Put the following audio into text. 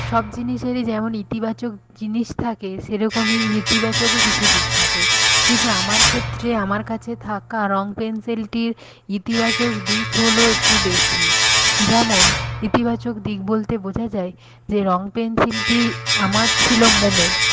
সব জিনিসেরই যেমন ইতিবাচক জিনিস থাকে সেরকমই নেতিবাচকও কিছু দিক থাকে কিন্তু আমার ক্ষেত্রে আমার কাছে থাকা রং পেন্সিলটির ইতিবাচক দিক হল একটু বেশি যেমন ইতিবাচক দিক বলতে বোঝা যায় যে রং পেন্সিলটি আমার ছিল মোমের